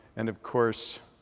and of course,